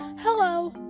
Hello